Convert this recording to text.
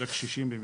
לקשישים במיוחד.